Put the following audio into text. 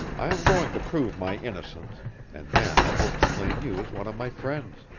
i am going to prove my innocence and then i hope to claim you as one of my friends.